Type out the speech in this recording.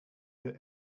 the